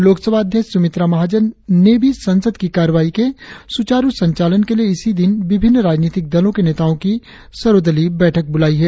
लोकसभा अध्यक्ष सुमित्रा महाजन ने भी संसद की कार्यवाही के सुचारु संचालन के लिए इसी दिन विभिन्न राजनीतिक दलों के नेताओं की सर्वदलीय बैठक बुलाई है